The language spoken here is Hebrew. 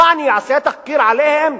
מה, אני אעשה תחקיר עליהם?